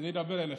הוא ידבר אליך.